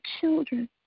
children